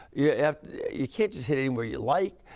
yeah you can't just hit anywhere you like.